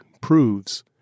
proves